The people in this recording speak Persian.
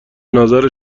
نظر